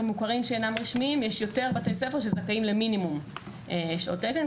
מוכרים שאינם רשמיים הזכאים למינימום שעות תקן,